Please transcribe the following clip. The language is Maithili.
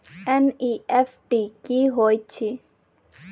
एन.ई.एफ.टी की होइत अछि?